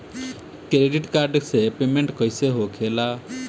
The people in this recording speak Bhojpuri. क्रेडिट कार्ड से पेमेंट कईसे होखेला?